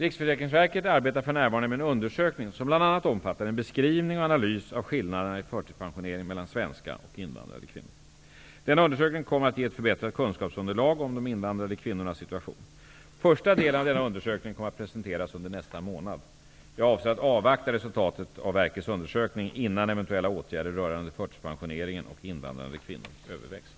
Riksförsäkringsverket arbetar för närvarande med en undersökning som bl.a. omfattar en beskrivning och analys av skillnaderna i förtidspensionering mellan svenska och invandrade kvinnor. Denna undersökning kommer att ge ett förbättrat kunskapsunderlag om de invandrade kvinnornas situation. Första delen av denna undersökning kommer att presenteras under nästa månad. Jag avser att avvakta resultatet av RFV:s undersökning innan eventuella åtgärder rörande förtidspensioneringen och invandrade kvinnor övervägs.